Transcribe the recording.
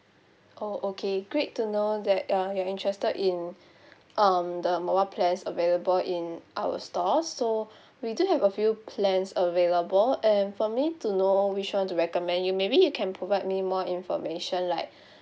oh okay great to know that uh you're interested in um the mobile plans available in our stores so we do have a few plans available and for me to know which one to recommend you maybe you can provide me more information like